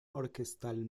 orquestal